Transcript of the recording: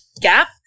gap